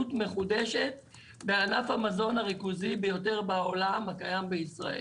מחודשת בענף המזון הריכוזי ביותר בעולם הקיים בישראל.